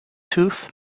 tooth